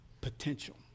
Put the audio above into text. potential